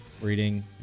Reading